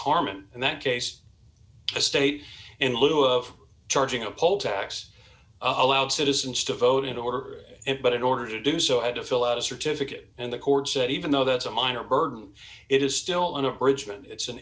harmon and that case a state in lieu of charging a poll tax allowed citizens to vote in order but in order to do so i had to fill out a certificate and the court said even though that's a minor burden it is still an abridgment it's an